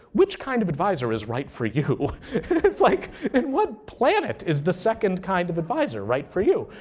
which kind of advisor is right for you? it's like in what planet is the second kind of advisor right for you?